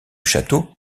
château